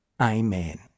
Amen